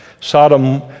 Sodom